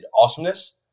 awesomeness